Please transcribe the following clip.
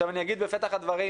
אני אגיד בפתח הדברים,